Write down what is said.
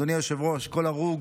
אדוני היושב-ראש, כל הרוג